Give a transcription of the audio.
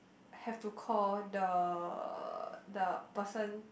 have to call the the person